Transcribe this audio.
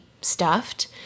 stuffed